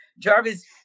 Jarvis